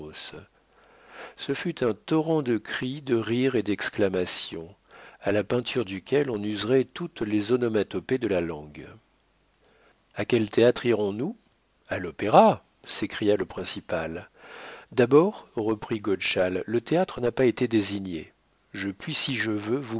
ce fut un torrent de cris de rires et d'exclamations à la peinture duquel on userait toutes les onomatopées de la langue a quel théâtre irons-nous a l'opéra s'écria le principal d'abord reprit godeschal le théâtre n'a pas été désigné je puis si je veux